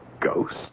ghost